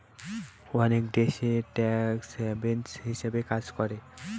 অনেক দেশ tax haven হিসাবে কাজ করে